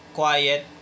quiet